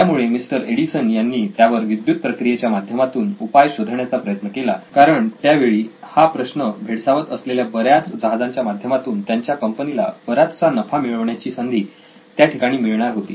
त्यामुळे mister Edison यांनी त्यावर विद्युत प्रक्रियेच्या माध्यमातून उपाय शोधण्याचा प्रयत्न केला कारण त्यावेळी हा प्रश्न भेडसावत असलेल्या बऱ्याच जहाजांच्या माध्यमातून त्यांच्या कंपनीला बराचसा नफा मिळवण्याची संधी त्याठिकाणी मिळणार होती